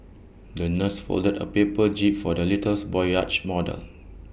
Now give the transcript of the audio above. the nurse folded A paper jib for the little boy's yacht model